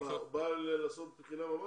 הוא בא ממש לעשות את הבחינה?